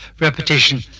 repetition